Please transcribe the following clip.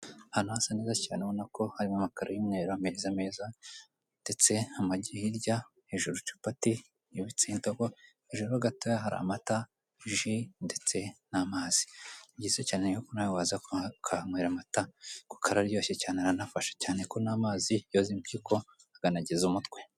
Ahantu hasa neza cyane ubona ko harimo amakaro y'umweru n'ameza meza ndetse amagi hirya, hejuru capati yubitseho indobo, hejuru ho gatoya hari amata, ji, ndestse n'amazi. Ni byiza cyane yuko nawe waza ukahanywera amata kuko araryoshye cyane aranafashe cyane ko n'amazi yoza impyiko akanakiza umutwe.